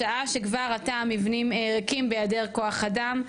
בשעה שכבר עתה מבנים ריקים בהיעדר כוח אדם,